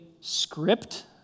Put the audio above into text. script